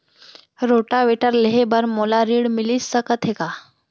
Rotavator लेहे बर मोला ऋण मिलिस सकत हे का?